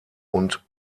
und